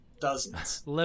dozens